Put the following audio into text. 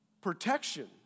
protection